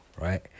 right